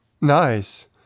Nice